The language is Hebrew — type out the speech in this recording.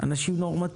אלה אנשים נורמטיביים,